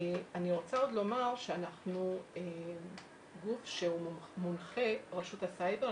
אני רוצה עוד לומר שאנחנו גוף שמונחה רשות הסייבר,